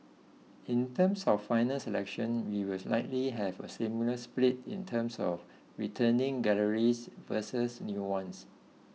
in terms of final selection we will likely have a similar split in terms of returning galleries versus new ones